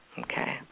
Okay